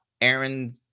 Aaron